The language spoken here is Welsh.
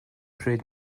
pryd